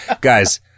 guys